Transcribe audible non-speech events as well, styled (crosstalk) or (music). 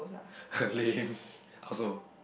(laughs) lame I also